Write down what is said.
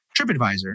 TripAdvisor